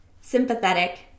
sympathetic